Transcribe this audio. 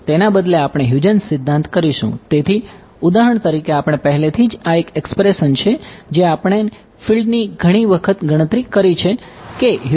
તેના બદલે આપણે હ્યુજેન્સ મુજબ કોઈપણ r હોય